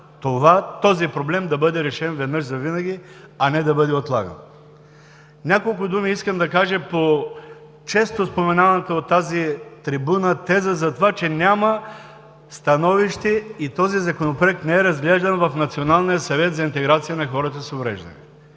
този проблем да бъде решен веднъж завинаги, а не да бъде отлаган. Искам да кажа няколко думи по често споменаваната от тази трибуна теза за това, че няма становище и този Законопроект не е разглеждан в Националния съвет за интеграция на хората с увреждания.